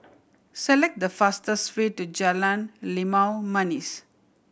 select the fastest way to Jalan Limau Manis